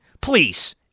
please